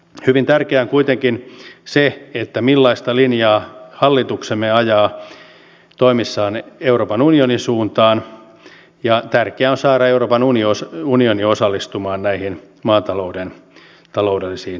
hyvin tärkeää on kuitenkin se millaista linjaa hallituksemme ajaa toimissaan euroopan unionin suuntaan ja tärkeää on saada euroopan unioni osallistumaan näihin maatalouden taloudellisiin vaikeuksiin